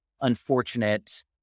unfortunate